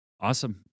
Awesome